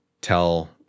tell